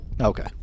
Okay